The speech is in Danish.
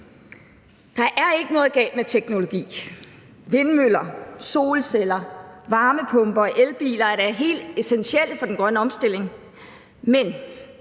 Der er ikke noget galt med teknologi. Vindmøller, solceller, varmepumper og elbiler er da helt essentielle for den grønne omstilling, men